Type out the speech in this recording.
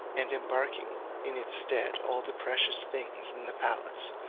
and embarking in its stead all the precious things in the palace,